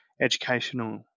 educational